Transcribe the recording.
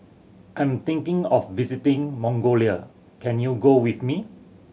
I'm thinking of visiting Mongolia can you go with me